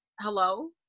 hello